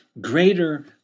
Greater